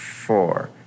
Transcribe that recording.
Four